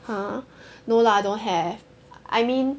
!huh! no lah don't have I mean